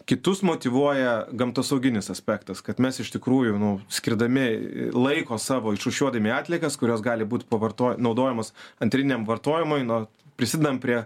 kitus motyvuoja gamtosauginis aspektas kad mes iš tikrųjų skirdami laiko savo išrūšiuodami atliekas kurios gali būti pavarto naudojamos antriniam vartojimui na prisidedam prie